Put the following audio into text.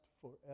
forever